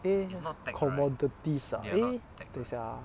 eh commodities ah eh 等一下 ah